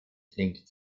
klingt